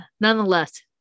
nonetheless